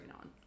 on